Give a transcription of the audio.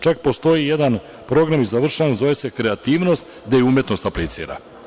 Čak. postoji jedan program i time završavam, zove se kreativnost, gde umetnost aplicira.